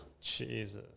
Jesus